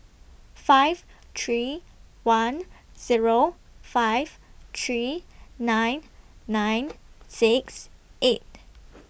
five three one Zero five three nine nine six eight